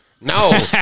no